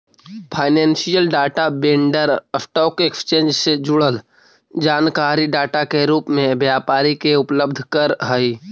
financial data vendor stock exchange से जुड़ल जानकारी डाटा के रूप में व्यापारी के उपलब्ध करऽ हई